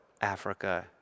Africa